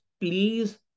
please